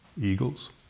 eagles